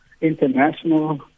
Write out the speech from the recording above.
international